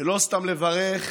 ולא סתם לברך,